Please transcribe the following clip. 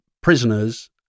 prisoners